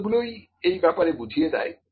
শব্দগুলোই এই ব্যাপারে বুঝিয়ে দেয়